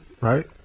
right